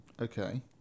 Okay